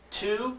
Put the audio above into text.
two